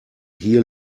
hier